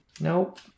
Nope